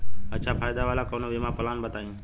अच्छा फायदा वाला कवनो बीमा पलान बताईं?